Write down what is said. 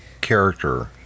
character